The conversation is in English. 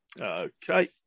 Okay